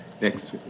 Next